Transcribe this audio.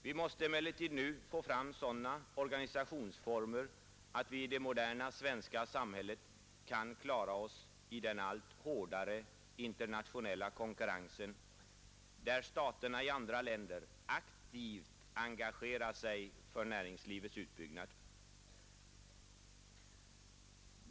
Vi måste emellertid nu få fram sådana organisationsformer, att vi i det moderna svenska samhället kan klara oss i den allt hårdare internationella konkurrensen, där staterna i andra länder aktivt engagerar sig för näringslivets utbyggnad.